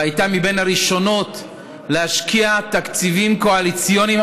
והייתה מבין הראשונות להשקיע תקציבים קואליציוניים